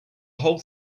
whole